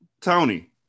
Tony